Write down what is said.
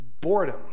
boredom